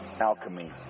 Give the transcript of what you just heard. alchemy